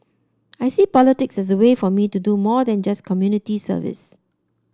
I see politics as a way for me to do more than just community service